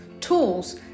tools